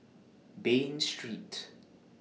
Bain Street